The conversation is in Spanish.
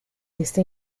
esta